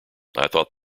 thought